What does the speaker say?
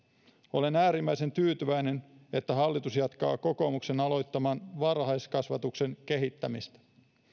olen äärimmäisen tyytyväinen että hallitus jatkaa kokoomuksen aloittamaa varhaiskasvatuksen kehittämistä